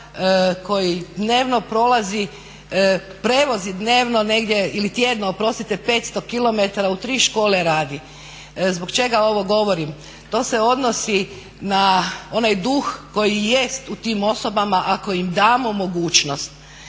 osoba koji prevozi dnevno negdje ili tjedno 500 km u tri škole radi. Zbog čega ovo govorim? To se odnosi na onaj duh koji jest u tim osobama. Ako im damo mogućnost